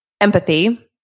empathy